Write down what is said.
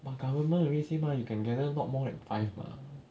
but government already mah you can gather not more than five mah